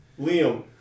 Liam